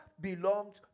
belongs